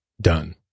done